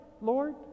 Lord